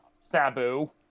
Sabu